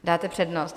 Dáte přednost.